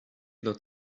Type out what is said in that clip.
not